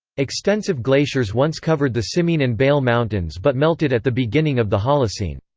extensive glaciers once covered the simien and bale mountains but melted at the beginning of the holocene.